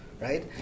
right